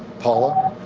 paula,